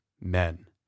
men